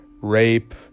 rape